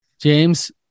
James